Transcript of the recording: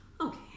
Okay